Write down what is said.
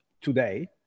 today